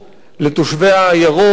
לתושבי העיירות,